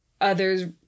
others